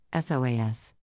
SOAS